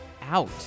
Out